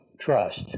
trust